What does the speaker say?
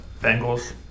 Bengals